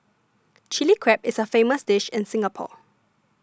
Chilli Crab is a famous dish in Singapore